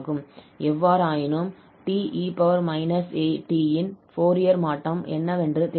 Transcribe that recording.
எவ்வாறாயினும் 𝑡𝑒−𝑎𝑡 இன் ஃபோரியர் மாற்றம் என்னவென்று தெரியாது